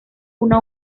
una